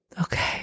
Okay